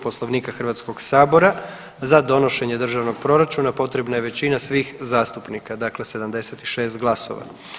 Poslovnika Hrvatskog sabora za donošenje državnog proračuna potrebna je većina svih zastupnika, dakle 76 glasova.